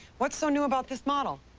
what's so new about this model?